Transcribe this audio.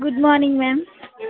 good morning ma'am